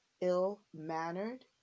ill-mannered